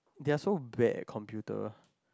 they're so bad at computer